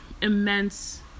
immense